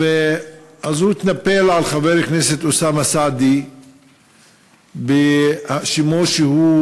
ואז הוא התנפל על חבר הכנסת אוסאמה סעדי והאשימו שהוא